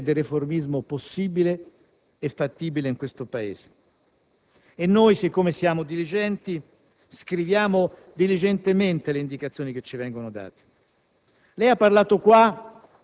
subiamo le lezioncine del riformismo possibile e fattibile in questo Paese. E noi, siccome siamo diligenti, scriviamo diligentemente le indicazioni che ci vengono date.